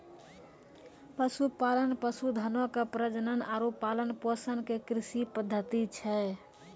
पशुपालन, पशुधनो के प्रजनन आरु पालन पोषण के कृषि पद्धति छै